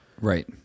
right